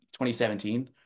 2017